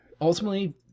ultimately